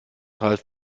ralf